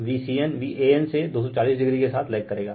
Vcn Van से 240o के साथ लेग करेगा